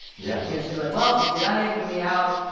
yeah you know, she's like, well, if vidalia can be out,